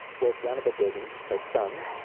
where jahnava-devi, her son,